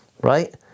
right